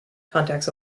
contacts